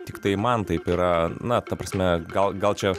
tiktai man taip yra na ta prasme gal gal čia